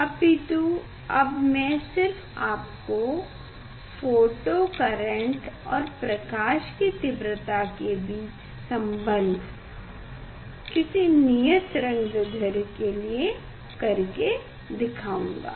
अपितु अब मैं सिर्फ आपको फोटो करेंट और प्रकाश की तीव्रता के बीच संबंध किसी नियत तरंगदैढ्र्य के लिए कर के दिखौंगा